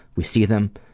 we see them,